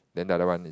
then the other one is